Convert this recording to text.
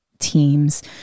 teams